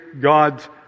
God's